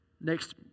Next